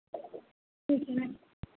कुछ नहीं